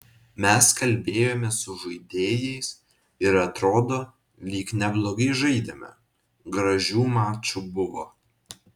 mes kalbėjomės su žaidėjais ir atrodo lyg neblogai žaidėme gražių mačų buvo